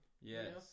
Yes